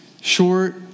short